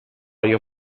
your